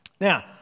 Now